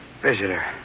Visitor